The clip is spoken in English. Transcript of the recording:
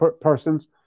persons